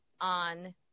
on